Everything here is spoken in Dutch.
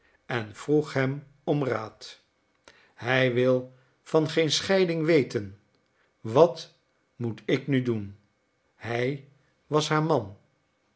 en vroeg hem om raad hij wil van geen scheiding weten wat moet ik nu doen hij was haar man